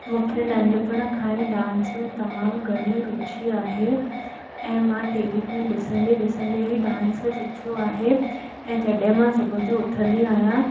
मूंखे नंढपण खां ई डांस में तमामु घणी ई रूचि आहे ऐं मां टी वी में ॾिसंदे ॾिसंदे ई डांस खे सिखियो आहे ऐं जॾहिं मां सुबुह जो उथंदी आहियां